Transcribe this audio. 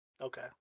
okay